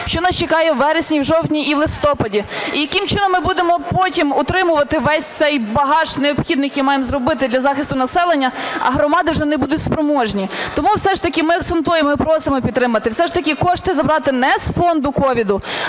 що нас чекає у вересні, в жовтні і в листопаді. Яким чином ми будемо потім утримувати весь цей багаж необхідний і маємо зробити для захисту населення, а громади вже не будуть спроможні. Тому все ж таки ми акцентуємо і просимо підтримати. Все ж таки кошти забрати не з фонду COVID,